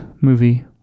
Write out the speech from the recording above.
movie